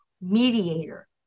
mediator